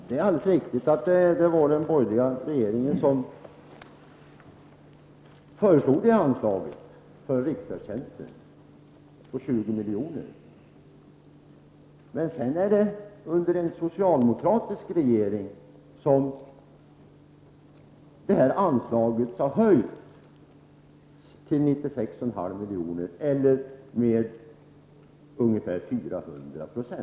Herr talman! Det är alldeles riktigt att det var den borgerliga regeringen som föreslog ett anslag för riksfärdtjänsten på 20 milj.kr. Men det var under en socialdemokratisk regering som det här anslaget höjdes till 96,5 milj.kr. eller med ca 400 96.